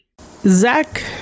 zach